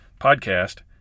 podcast